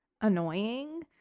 annoying